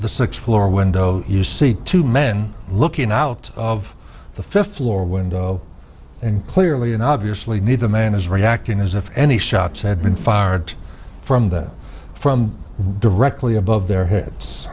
the sixth floor window you see two men looking out of the fifth floor window and clearly and obviously neither man is reacting as if any shots had been fired from that from directly above their heads